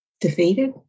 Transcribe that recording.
Defeated